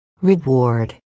Reward